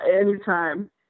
Anytime